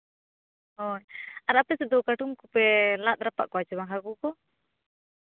ᱦᱳᱭ ᱟᱨ ᱟᱯᱮ ᱥᱮᱫ ᱫᱚ ᱠᱟᱴᱠᱚᱢ ᱠᱚᱯᱮ ᱞᱟᱫ ᱨᱟᱯᱟᱜ ᱠᱚᱣᱟ ᱥᱮ ᱵᱟᱝ ᱦᱟᱹᱠᱩ ᱠᱚ